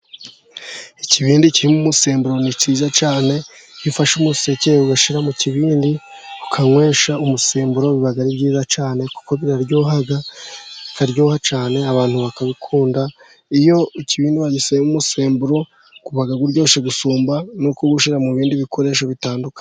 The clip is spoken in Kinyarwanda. Ikibindi kirimo umusemburo ni cyiza cyane, iyo ufashe umuseke ugashyira mu kibindi, ukanywesha umusemburo biba ari byiza cyane, kuko biraryoha cyane, abantu bakabikunda, iyo ikibindi wagishyizemo umusemburo, uba uryoshye gusumba no kuwushyira mu bindi bikoresho bitandukanye.